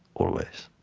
always.